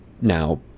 now